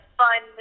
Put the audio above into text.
fun